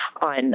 on